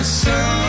sun